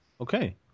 Okay